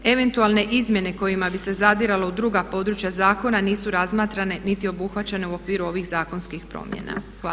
Eventualne izmjene kojima bi se zadiralo u druga područja zakona nisu razmatrane niti obuhvaćene u okviru ovih zakonskih promjena.